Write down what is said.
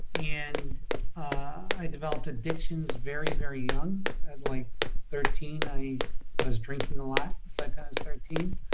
and i developed addictions very, very young, at like thirteen i i was drinking a lot but i was thirteen.